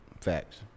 Facts